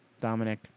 Dominic